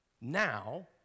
now